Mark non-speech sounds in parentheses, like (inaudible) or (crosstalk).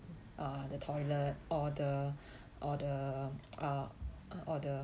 uh the toilet or the (breath) or the (noise) uh or the